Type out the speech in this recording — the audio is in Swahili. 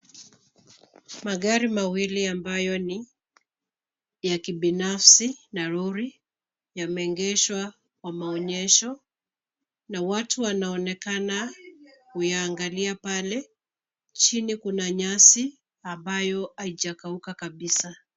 Magari mawili ambayo ni ya kibinafsi, na lori, yameegeshwa kwa maonyesho, na watu wanaonekana, kuyaangalia pale. Chini kuna nyasi, ambayo haijakauka kabisa.